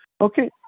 Okay